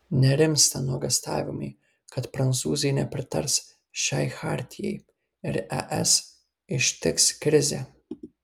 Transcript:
nerimsta nuogąstavimai kad prancūzai nepritars šiai chartijai ir es ištiks krizė